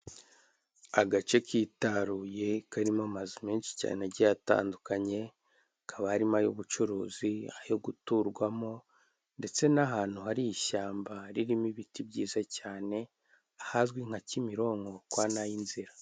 Agace kitaruye karimo amazu menshi cyane agiye atandukanye hakaba harimo amazu agiye atandukanye ay'ubucuruzi ayo guturwamo ndetse n'ahantu hari ishyamba ririmo ibiti byiza cyane hazwi nka kimironko kwanayinzira.